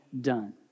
done